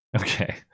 okay